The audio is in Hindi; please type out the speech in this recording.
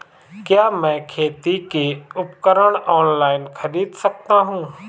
क्या मैं खेती के उपकरण ऑनलाइन खरीद सकता हूँ?